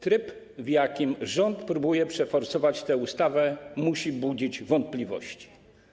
Tryb, w jakim rząd próbuje przeforsować tę ustawę, musi budzić wątpliwości.